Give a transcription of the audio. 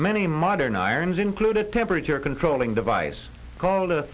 many modern irons include a temperature controlling device called